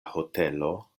hotelo